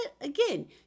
again